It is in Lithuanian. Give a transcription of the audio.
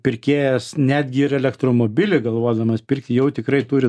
pirkėjas netgi ir elektromobilį galvodamas pirkti jau tikrai turi